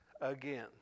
again